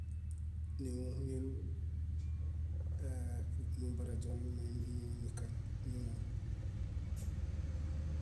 Nímuhuyen ee- min bareźon muiminikañ, niwañ.